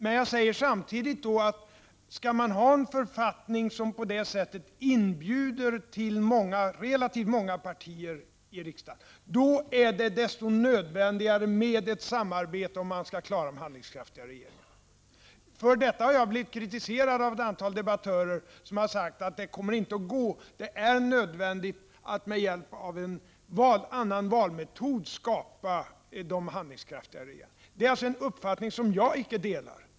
Men jag sade samtidigt att om man skall ha en författning som på det sättet inbjuder till relativt många partier i riksdagen, så är det desto nödvändigare med ett samarbete för att man skall få handlingskraftiga regeringar. För detta har jag blivit kritiserad av ett antal debattörer, som har sagt att det inte kommer att gå. Det är nödvändigt att med hjälp av en annan valmetod skapa de handlingskraftiga regeringarna. Det är alltså en uppfattning som jag icke delar.